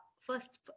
first